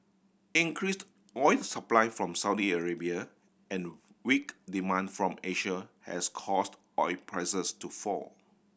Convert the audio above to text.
increased oil supply from Saudi Arabia and weak demand from Asia has caused oil prices to fall